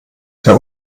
der